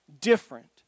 different